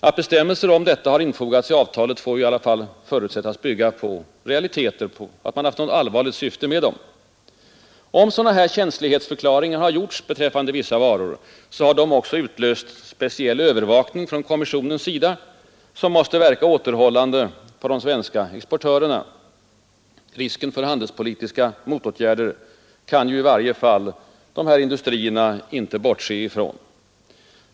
Att bestämmelser om detta har infogats i avtalet får ju förutsättas bygga på realiteter och på att man haft något allvarligt syfte med dem. Om dylika ”känslighetsförklaringar” har gjorts beträffande vissa varor, har de också utlöst speciell övervakning från kommissionens sida, som måste verka återhållande på de svenska exportörerna. Risken för handelspolitiska motåtgärder kan ju i varje fall ifrågavarande industrier icke bortse ifrån.